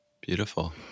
Beautiful